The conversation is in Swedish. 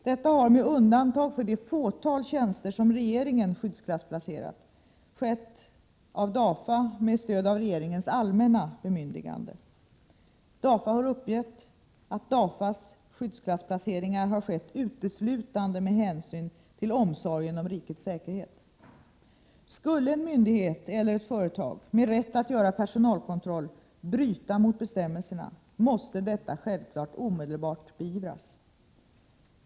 Detta har, med undantag för de fåtal tjänster som regeringen skyddsklassplacerat, skett av DAFA med stöd av regeringens allmänna bemyndigande. DAFA har uppgett att DAFA:s skyddsklassplaceringar har skett uteslutande av hänsyn till omsorgen om rikets säkerhet. Skulle en myndighet eller ett företag med rätt att göra personalkontroll bryta mot bestämmelserna, måste detta självklart omedelbart beivras.